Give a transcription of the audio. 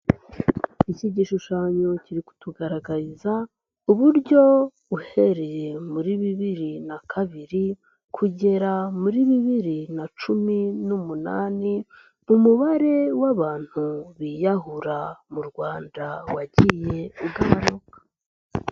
Iki gishushanyo kiri kutugaragariza uburyo uhereye muri bibiri na kabiri kugera muri bibiri na cumi n'umunani, umubare w'abantu biyahura mu Rwanda wagiye ugabanuka.